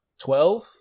Twelve